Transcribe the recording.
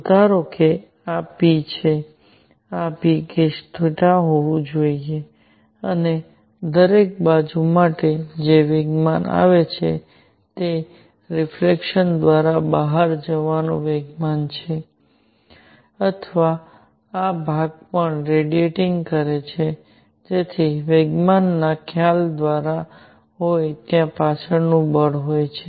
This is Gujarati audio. તો ધારો કે આ p છે આ pcosθ હોવું જોઈએ અને દરેક બાજુ માટે જે વેગમાન આવે છે તે રીફલેકશન દ્વારા બહાર જવાનું વેગમાન છે અથવા આ ભાગ પણ રેડિયેટિંગ કરે છે જેથી વેગમાનના ખ્યાલ દ્વારા હોય ત્યાં પાછળનું બળ હોય છે